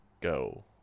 go